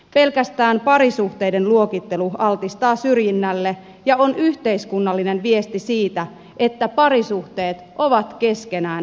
pelkästään parisuhteiden luokittelu altistaa syrjinnälle ja on yhteiskunnallinen viesti siitä että parisuhteet ovat keskenään eriarvoisia